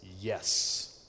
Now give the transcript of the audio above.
yes